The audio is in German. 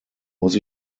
muss